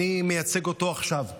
אני מייצג אותו עכשיו במליאה,